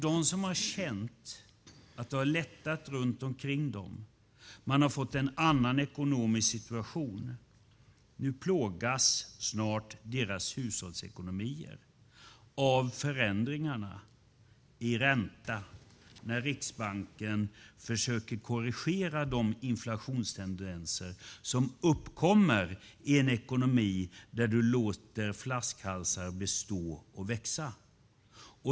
De som har känt att det har lättat runt omkring dem och att de har fått en annan ekonomisk situation - snart plågas deras hushållsekonomier av förändringarna i ränta när Riksbanken försöker korrigera de inflationstendenser som uppkommer i en ekonomi där man låter flaskhalsar bestå och växa.